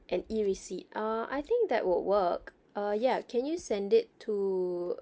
and E receipt uh I think that would work uh ya can you send it to